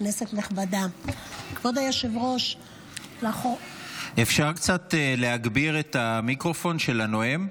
כנסת נכבדה --- אפשר להגביר קצת את המיקרופון של הנואם?